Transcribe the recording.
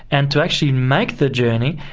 and to actually make the journey,